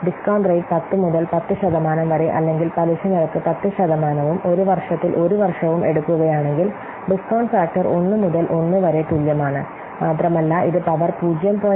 discount rate 10 മുതൽ 10 ശതമാനം വരെ അല്ലെങ്കിൽ പലിശ നിരക്ക് 10 ശതമാനവും 1 വർഷത്തിൽ 1 വർഷവും എടുക്കുകയാണെങ്കിൽ ഡിസ്കൌണ്ട് ഫാക്ടർ 1 മുതൽ 1 വരെ തുല്യമാണ് മാത്രമല്ല ഇത് പവർ 0